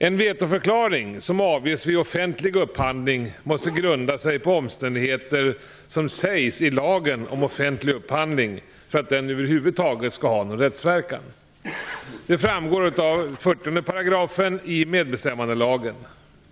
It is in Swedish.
En vetoförklaring som avges vid offentlig upphandling måste grunda sig på omständigheter som sägs i lagen om offentlig upphandling för att den över huvud taget skall ha någon rättsverkan. Det framgår av 40 § medbestämmandelagen.